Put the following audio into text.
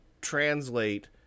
translate